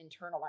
internalize